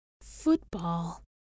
Football